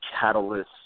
catalyst